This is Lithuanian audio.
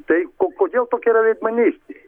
tai kodėl tokia yra veidmainystė